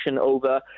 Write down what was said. over